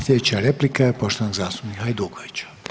Slijedeća replika je poštovanog zastupnika Hajdukovića.